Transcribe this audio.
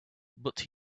but